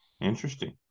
interesting